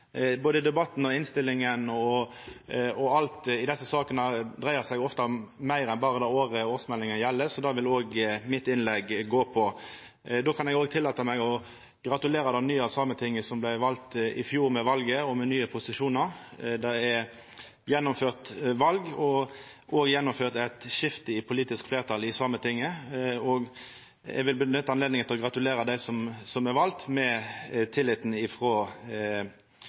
Både debatten, innstillinga og alt i desse sakene dreier seg ofte om meir enn berre det året årsmeldinga gjeld, så det vil òg mitt innlegg gå på. Då kan eg òg tillata meg å gratulera det nye Sametinget som vart valt i fjor, med valet og med nye posisjonar. Det er gjennomført val og òg gjennomført eit skifte i politisk fleirtal i Sametinget. Eg vil benytta anledninga til å gratulera dei som er valde, med tilliten